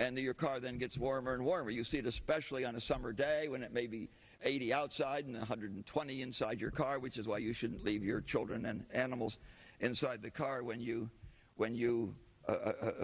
and your car then gets warmer and warmer you see it especially on a summer day when it may be eighty outside and one hundred twenty inside your car which is why you shouldn't leave your children and animals inside the car when you when you